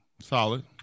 Solid